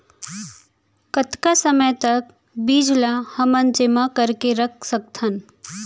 कतका समय तक बीज ला हमन जेमा करके रख सकथन?